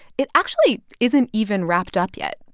it actually isn't even wrapped up yet.